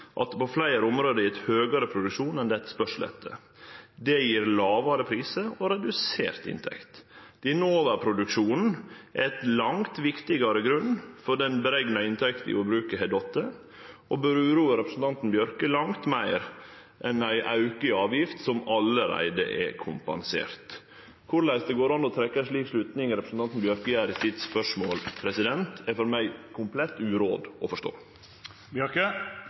at det på fleire område har vorte høgare produksjon enn det er etterspurnad. Det gjev lågare prisar og redusert inntekt. Denne overproduksjonen er ein langt viktigare grunn til at den berekna inntekta i jordbruket har falle, og bør uroa representanten Bjørke langt meir enn ein auke av ei avgift som allereie er kompensert. Korleis det går an å trekkje ei slik slutning representanten Bjørke gjer i sitt spørsmål, er for meg komplett uråd å